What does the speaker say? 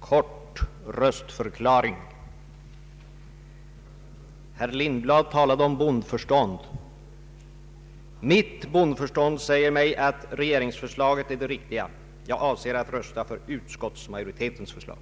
kort röstförklaring. Herr Lindblad talade om bondförstånd. Mitt bondförstånd säger mig att regeringsförslaget är det riktiga. Jag avser att rösta för utskottsmajoritetens förslag.